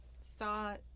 saw